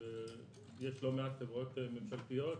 יש לא מעט חברות ממשלתיות.